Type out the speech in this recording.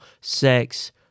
sex